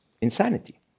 insanity